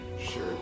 Sure